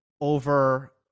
over